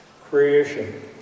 creation